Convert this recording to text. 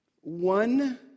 One